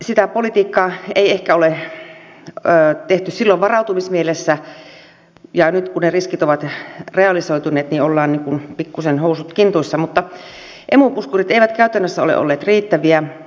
sitä politiikkaa ei ehkä ole tehty silloin varautumismielessä ja nyt kun ne riskit ovat realisoituneet ollaan niin kuin pikkusen housut kintuissa mutta emu puskurit eivät käytännössä ole olleet riittäviä